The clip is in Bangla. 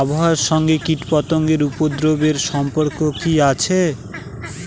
আবহাওয়ার সঙ্গে কীটপতঙ্গের উপদ্রব এর সম্পর্ক কি আছে?